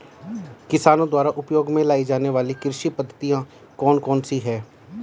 किसानों द्वारा उपयोग में लाई जाने वाली कृषि पद्धतियाँ कौन कौन सी हैं?